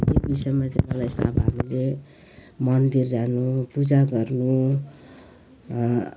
यो विषयमा चाहिँ मलाई यस्तो अब हामीले मन्दिर जानु पूजा गर्नु